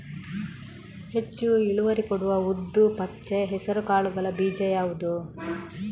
ಹೆಚ್ಚು ಇಳುವರಿ ಕೊಡುವ ಉದ್ದು, ಪಚ್ಚೆ ಹೆಸರು ಕಾಳುಗಳ ಬೀಜ ಯಾವುದು?